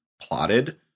plotted